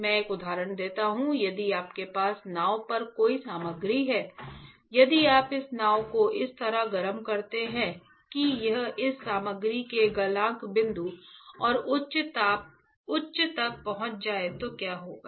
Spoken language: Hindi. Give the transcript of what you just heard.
मैं एक उदाहरण देता हूँ यदि आपके पास नाव पर कोई सामग्री है यदि आप इस नाव को इस तरह गर्म करते हैं कि यह इस सामग्री के गलनांक बिंदु और उच्च तक पहुँच जाए तो क्या होगा